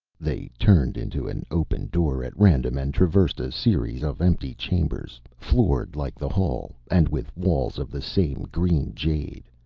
they turned into an open door at random, and traversed a series of empty chambers, floored like the hall, and with walls of the same green jade,